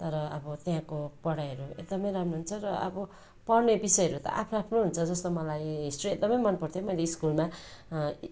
तर अब त्यहाँको पढाइहरू एकदमै राम्रो हुन्छ र अब पढ्ने विषयहरू त आफ्नो आफ्नो हुन्छ जस्तो मलाई हिस्ट्री एकदमै मनपर्थ्यो मैरो स्कुलमा